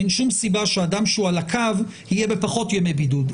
אין שום סיבה שאדם שהוא על הקו יהיה בפחות ימי בידוד.